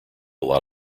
lot